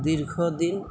দীর্ঘদিন